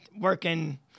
working